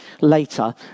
later